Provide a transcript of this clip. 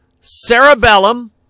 cerebellum